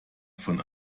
von